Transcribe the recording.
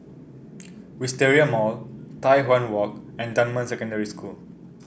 Wisteria Mall Tai Hwan Walk and Dunman Secondary School